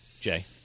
Jay